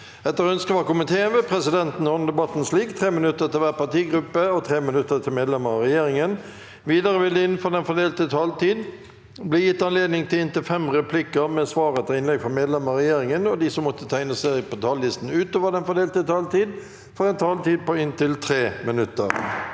forvaltningskomiteen vil presidenten ordne debatten slik: 3 minutter til hver partigruppe og 3 minutter til medlemmer av regjeringen. Videre vil det – innenfor den fordelte taletid – bli gitt anledning til inntil fem replikker med svar etter innlegg fra medlemmer av regjeringen, og de som måtte tegne seg på talerlisten utover den fordelte taletid, får også en taletid på inntil 3 minutter.